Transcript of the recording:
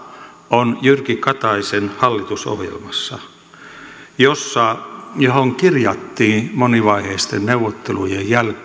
on jyrki kataisen hallitusohjelmassa johon kirjattiin monivaiheisten neuvotteluiden jälkeen